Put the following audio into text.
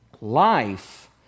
Life